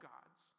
God's